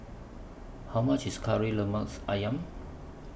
How much IS Kari Lemath Ayam